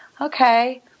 okay